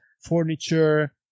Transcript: furniture